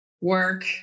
work